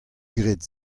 graet